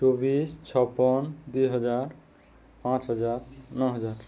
ଚବିଶି ଛପନ ଦୁଇ ହଜାର ପାଞ୍ଚ ହଜାର ନଅ ହଜାର